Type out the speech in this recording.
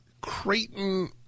Creighton